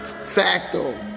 Facto